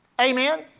amen